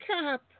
cap